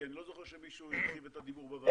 כי אני לא זוכר שמישהו הרחיב את הדיבור בוועדה.